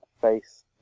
face